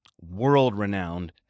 world-renowned